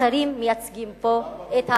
אחרים מייצגים פה את ההיפך.